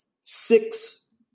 six